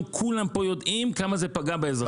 כולם פה יודעים כמה זה פגע באזרחים.